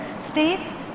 Steve